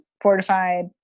fortified –